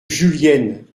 julienne